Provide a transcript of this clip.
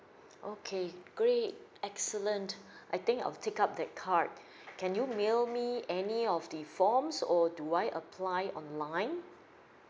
okay great excellent I think I'll take up that card can you mail me any of the form or do I apply online